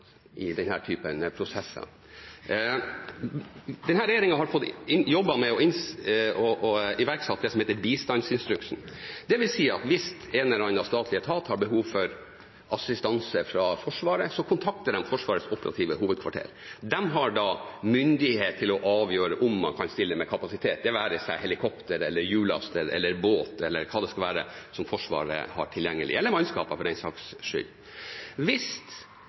typen prosesser. Denne regjeringen har jobbet med å iverksette det som heter bistandsinstruksen. Det vil si at hvis en eller annen statlig etat har behov for assistanse fra Forsvaret, så kontakter de Forsvarets operative hovedkvarter. De har da myndighet til å avgjøre om man kan stille med kapasitet, det være seg helikopter, hjullaster, båt eller hva det skal være som Forsvaret har tilgjengelig – eller mannskap, for den saks skyld. Hvis